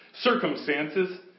circumstances